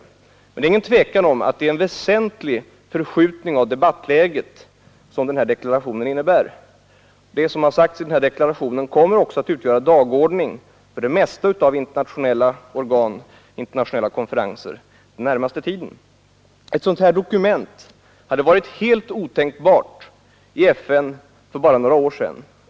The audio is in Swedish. Men det råder ingen tvekan om att det är en väsentlig förskjutning av debattläget som denna deklaration innebär. Deklarationen kommer också att utgöra dagordning för de flesta internationella organ och konferenser under den närmaste tiden. Ett sådant här dokument hade varit helt otänkbart i FN för bara några år sedan.